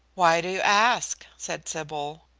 why do you ask? said sybil.